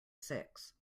six